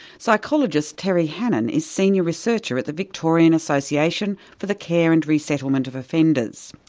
psychologist terry hannon is senior researcher at the victorian association for the care and resettlement of offenders.